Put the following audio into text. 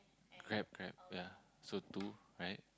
grab grab ya so two right